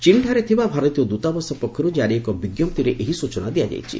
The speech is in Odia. ଚୀନ୍ଠାରେ ଥିବା ଭାରତୀୟ ଦୂତାବାସ ପକ୍ଷରୁ ଜାରି ଏକ ବିଞ୍ଜପ୍ତିରେ ଏହି ସୂଚନା ଦିଆଯାଇଛି